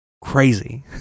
crazy